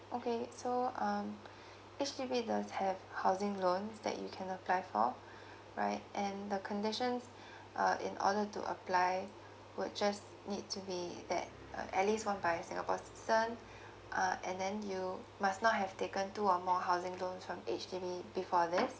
okay so um actually we does have housing loans that you can apply for right and the conditions uh in order to apply would just need to be that uh at least one buyer is singapore citizen uh and then you must not have taken two or more housing loans from H_D_B before this